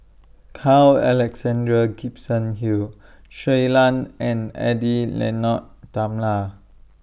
Carl Alexander Gibson Hill Shui Lan and Edwy Lyonet Talma